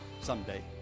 someday